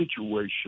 situation